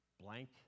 blank